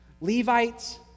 Levites